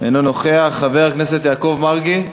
אינו נוכח, חבר הכנסת יעקב מרגי,